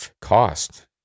cost